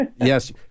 Yes